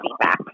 feedback